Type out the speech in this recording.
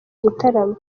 gitaramo